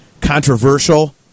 controversial